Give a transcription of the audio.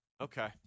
Okay